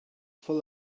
full